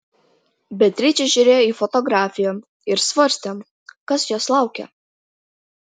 beatričė žiūrėjo į fotografiją ir svarstė kas jos laukia